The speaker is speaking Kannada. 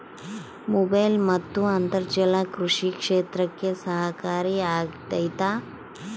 ಮೊಬೈಲ್ ಮತ್ತು ಅಂತರ್ಜಾಲ ಕೃಷಿ ಕ್ಷೇತ್ರಕ್ಕೆ ಸಹಕಾರಿ ಆಗ್ತೈತಾ?